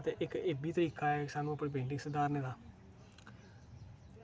ते इक एह् बी ऐ सानूं पेंटिंग सुधारने दा